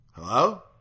Hello